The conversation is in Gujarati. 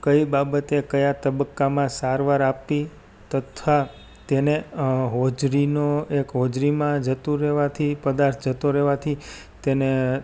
કઈ બાબતે કયા તબકામાં સારવાર આપી તથા તેને હોજરીનો એક હોજરીમાં જતું રહેવાથી પ્રદાર્થ જતો રહેવાથી તેને